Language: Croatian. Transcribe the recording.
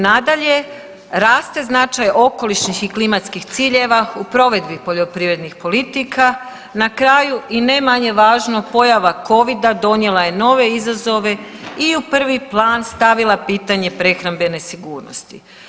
Nadalje, raste značaj okolišnih i klimatskih ciljeva u provedbi poljoprivrednih politika, na kraju i ne manje važno pojava covida donijela je nove izazove i u prvi plan stavila pitanje prehrambene sigurnosti.